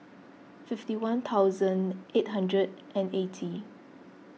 fifty one thousand eight hundred and eighty